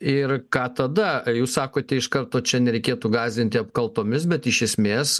ir ką tada jūs sakote iš karto čia nereikėtų gąsdinti apkaltomis bet iš esmės